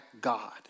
God